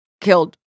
killed